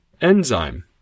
enzyme